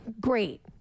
great